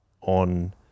on